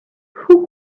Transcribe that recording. who